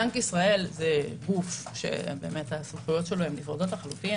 בנק ישראל הוא גוף שהסמכויות שלו נפרדות לחלוטין,